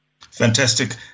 Fantastic